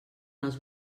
els